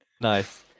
nice